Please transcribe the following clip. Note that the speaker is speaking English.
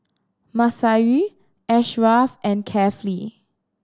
Masayu Ashraf and Kefli